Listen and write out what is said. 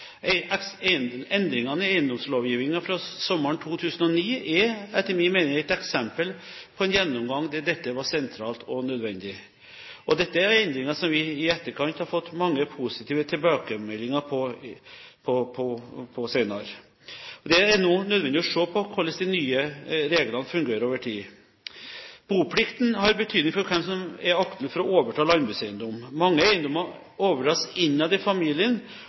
Endringene i eiendomslovgivningen fra sommeren 2009 er etter min mening et eksempel på en gjennomgang der dette var sentralt og nødvendig. Dette er endringer som vi i etterkant har fått mange positive tilbakemeldinger på. Det er nå nødvendig å se på hvordan de nye reglene fungerer over tid. Boplikten har betydning for hvem som er aktuelle for å overta en landbrukseiendom. Mange eiendommer overdras innad i familien,